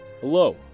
Hello